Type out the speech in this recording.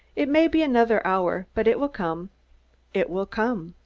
it may be another hour, but it will come it will come.